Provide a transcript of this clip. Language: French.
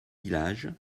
village